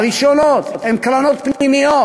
הראשונות, הן קרנות פנימיות.